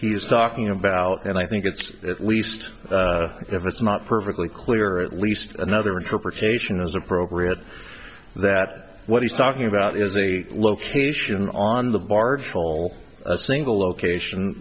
he's talking about and i think it's at least if it's not perfectly clear at least another interpretation is appropriate that what he's talking about is a location on the barge pole a single location